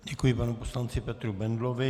Děkuji panu poslanci Petru Bendlovi.